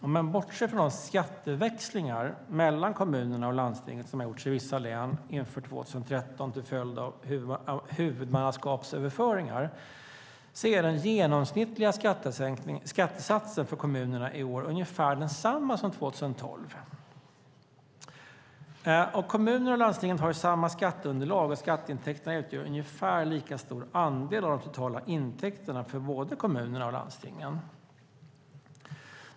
Om man bortser från de skatteväxlingar mellan kommunerna och landstinget som har gjorts i vissa län inför 2013 till följd av huvudmannaskapsöverföringar är den genomsnittliga skattesatsen för kommunerna i år ungefär densamma som 2012. Kommunerna och landstingen har ju samma skatteunderlag, och skatteintäkterna utgör en ungefär lika stor andel av de totala intäkterna för både kommunerna och landstingen.